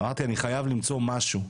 אמרתי, אני חייב למצוא משהו.